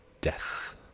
death